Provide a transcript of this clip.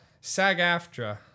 SAG-AFTRA